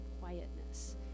quietness